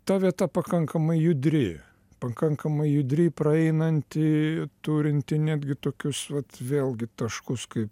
ta vieta pakankamai judri pakankamai judri praeinanti turinti netgi tokius vat vėlgi taškus kaip